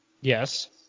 Yes